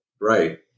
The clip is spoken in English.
Right